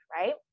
right